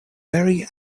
very